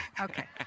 okay